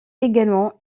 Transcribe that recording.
également